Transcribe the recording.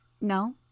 No